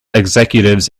executives